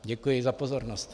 Děkuji za pozornost.